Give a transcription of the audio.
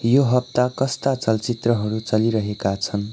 यो हप्ता कस्ता चलचित्रहरू चलिरहेका छन्